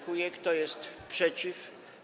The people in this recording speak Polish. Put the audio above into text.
Kto jest przeciw?